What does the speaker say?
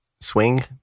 Swing